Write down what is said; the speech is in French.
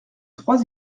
trois